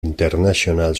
international